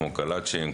כמו קלצ'ניקוב,